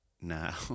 Now